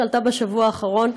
שעלתה בשבוע האחרון,